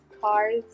cars